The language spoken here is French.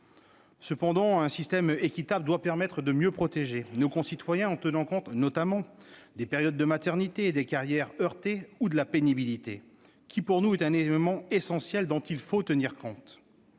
Cependant, un système équitable doit permettre de mieux protéger nos concitoyens, en tenant compte notamment des périodes de maternité, des carrières heurtées ou de la pénibilité qui, pour nous, est un élément essentiel qu'il faut prendre